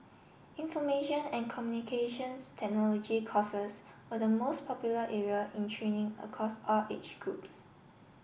information and Communications Technology courses were the most popular area in training across all age groups